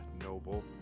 noble